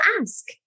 ask